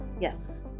Yes